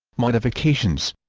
modifications